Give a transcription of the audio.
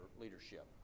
leadership